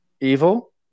evil